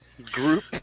group